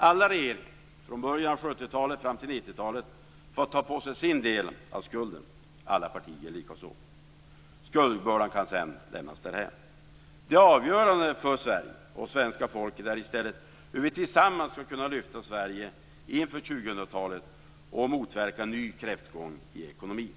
Alla regeringar, från början av 70-talet och fram till 90-talet, får ta på sig sin del av skulden, alla partier likaså. Skuldfrågan kan sedan lämnas därhän. Det avgörande för Sverige och svenska folket är i stället hur vi inför 2000-talet tillsammans skall kunna lyfta Sverige och motverka en ny kräftgång i ekonomin.